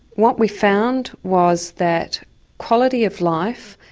what we found was that quality of life,